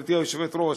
גברתי היושבת-ראש,